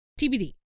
TBD